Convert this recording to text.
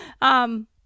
Um-